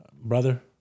Brother